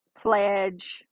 pledge